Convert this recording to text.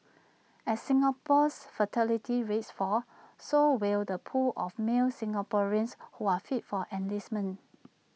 as Singapore's fertility rate falls so will the pool of male Singaporeans who are fit for enlistment